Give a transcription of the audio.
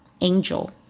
angel